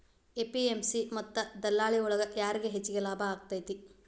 APMC ಮತ್ತ ದಲ್ಲಾಳಿ ಒಳಗ ಯಾರಿಗ್ ಹೆಚ್ಚಿಗೆ ಲಾಭ ಆಕೆತ್ತಿ?